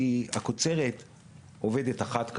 כי הקוצרת עובדת אחת כאמור,